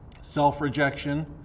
self-rejection